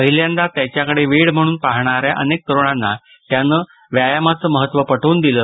पहिल्यांदा त्याच्याकडे वेड म्हणून पाहणाऱ्या अनेक तरुणांना त्यानं व्यायामाचे महत्त्व पटवून दिलं